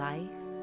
Life